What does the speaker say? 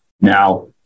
Now